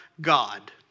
God